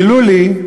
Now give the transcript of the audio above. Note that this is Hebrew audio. גילו לי,